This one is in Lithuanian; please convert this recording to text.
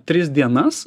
tris dienas